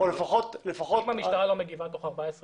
אם המשטרה לא מגיבה תוך 14 ימים?